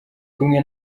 kumwe